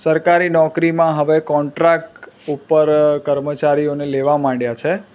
સરકારી નોકરીમાં હવે કોન્ટ્રાક ઉપર કર્મચારીઓને લેવા માંડ્યા છે